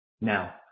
Now